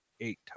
eight